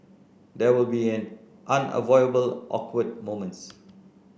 there will be unavoidable awkward moments